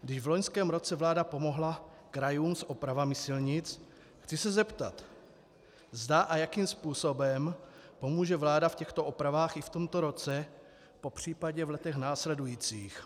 Když v loňském roce vláda pomohla krajům s opravami silnic, chci se zeptat, zda a jakým způsobem pomůže vláda v těchto opravách i v tomto roce, popř. v letech následujících.